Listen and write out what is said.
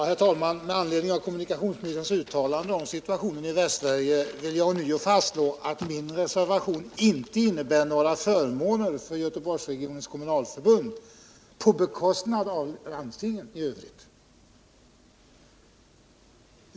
Herr talman! Med anledning av kommunikationsministerns uttalande om situationen i Västsverige vill jag ånyo fastslå att min reservation inte innebär några förmåner för Göteborgsregionens kommunalförbund på bekostnad av landstingen i övrigt.